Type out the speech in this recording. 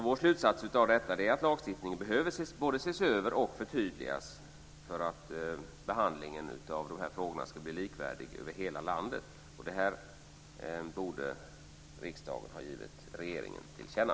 Vår slutsats är att lagstiftningen behöver både ses över och förtydligas för att behandlingen av dessa frågor ska bli likvärdig över hela landet. Det här borde riksdagen ha givit regeringen till känna.